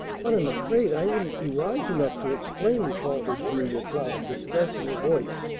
but i'm afraid i wouldn't be wise enough to explain, faltered julia cloud, distress in her voice.